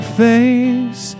face